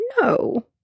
No